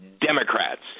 Democrats